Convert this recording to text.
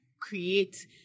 create